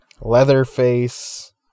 Leatherface